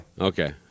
Okay